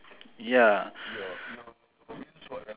okay mine is jumping